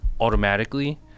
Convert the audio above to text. automatically